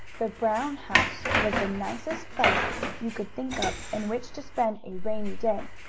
the brown house was the nicest place you could think of in which to spend a rainy day,